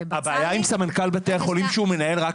ובצר לי --- הבעיה עם סמנכ"ל בתי החולים שהוא מנהל רק